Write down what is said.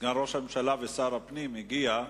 סגן ראש הממשלה ושר הפנים הגיע.